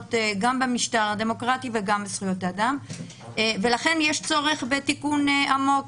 חמורות גם במשטר הדמוקרטי וגם בזכויות האדם ולכן יש צורך בתיקון עמוק.